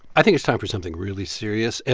i think it's time for something really serious.